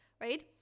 right